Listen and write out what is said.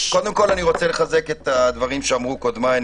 לחזק את הדברים שאמרו קודמי,